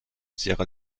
sierra